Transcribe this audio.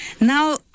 Now